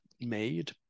made